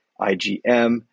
IgM